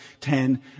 ten